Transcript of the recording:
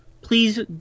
please